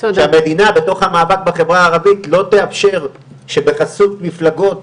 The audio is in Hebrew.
שהמדינה בתוך המאבק בחברה הערבית לא תאפשר שבחסות מפלגות